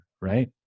right